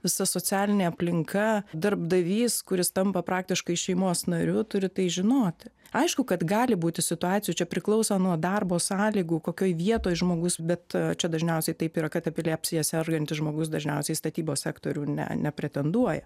visa socialinė aplinka darbdavys kuris tampa praktiškai šeimos nariu turi tai žinoti aišku kad gali būti situacijų čia priklauso nuo darbo sąlygų kokioj vietoj žmogus bet čia dažniausiai taip yra kad epilepsija sergantis žmogus dažniausiai statybos sektorių ne nepretenduoja